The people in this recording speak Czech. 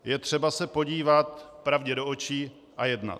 Je třeba se podívat pravdě do očí a jednat.